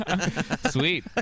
Sweet